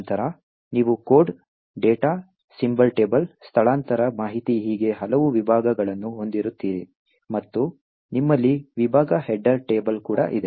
ನಂತರ ನೀವು code data symbol table ಸ್ಥಳಾಂತರ ಮಾಹಿತಿ ಹೀಗೆ ಹಲವು ವಿಭಾಗಗಳನ್ನು ಹೊಂದಿರುತ್ತೀರಿ ಮತ್ತು ನಿಮ್ಮಲ್ಲಿ ವಿಭಾಗ ಹೆಡರ್ ಟೇಬಲ್ ಕೂಡ ಇದೆ